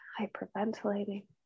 hyperventilating